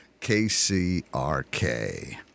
KCRK